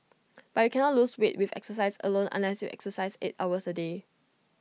but you cannot lose weight with exercise alone unless you exercise eight hours A day